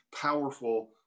powerful